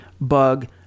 Bug